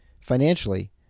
financially